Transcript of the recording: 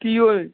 ਕੀ ਓਏ